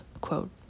quote